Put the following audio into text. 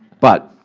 but